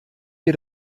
wir